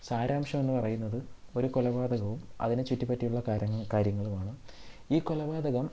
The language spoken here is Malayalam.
സാരാംശം എന്ന് പറയുന്നത് ഒരു കൊലപാതകവും അതിനെ ചുറ്റിപ്പറ്റിയുള്ള കാര്യങ്ങൾ കാര്യങ്ങളും ആണ് ഈ കൊലപാതകം